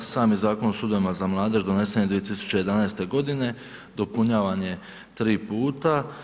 Sami zakon o Sudovima za mladež donesen je 2011. godine, dopunjavan je 3 puta.